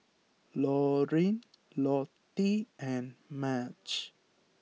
Loreen Lottie and Madge